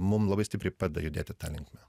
mum labai stipriai padeda judėti ta linkme